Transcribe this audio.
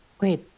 Wait